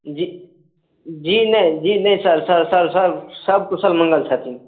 जी जी नहि जी नहि सर सर सर सभ सभ कुशल मङ्गल छथिन